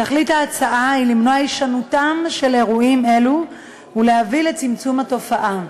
תכלית ההצעה היא למנוע הישנותם של אירועים אלה ולהביא לצמצום התופעה.